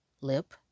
lip